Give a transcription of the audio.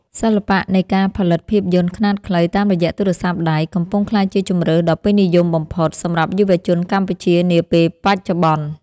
សិល្បៈនៃការផលិតភាពយន្តខ្នាតខ្លីតាមរយៈទូរស័ព្ទដៃកំពុងក្លាយជាជម្រើសដ៏ពេញនិយមបំផុតសម្រាប់យុវជនកម្ពុជានាពេលបច្ចុប្បន្ន។